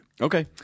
Okay